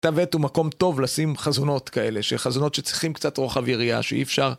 כתב עט הוא מקום טוב לשים חזונות כאלה, שחזונות שצריכים קצת רוחב יריעה, שאי אפשר.